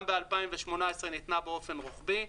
גם ב-2018 ניתנה באופן רוחבי.